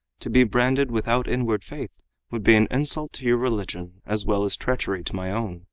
to be branded without inward faith would be an insult to your religion as well as treachery to my own,